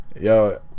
Yo